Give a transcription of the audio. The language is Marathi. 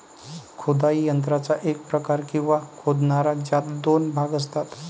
खोदाई यंत्राचा एक प्रकार, किंवा खोदणारा, ज्यात दोन भाग असतात